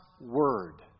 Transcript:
word